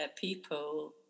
people